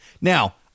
Now